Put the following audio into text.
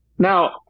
Now